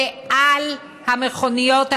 ועל המכוניות,